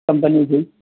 company سے